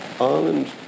Ireland